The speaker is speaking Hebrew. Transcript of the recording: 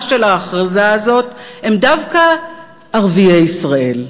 של ההכרזה הזאת הוא דווקא ערביי ישראל.